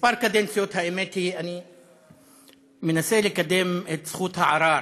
האמת היא, כמה קדנציות אני מנסה לקדם את זכות הערר